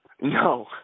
No